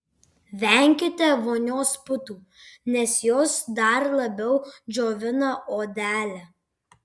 venkite vonios putų nes jos dar labiau džiovina odelę